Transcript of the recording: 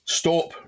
stop